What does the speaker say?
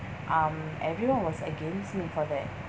um everyone was against me for that